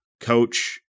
coach